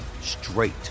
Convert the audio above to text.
straight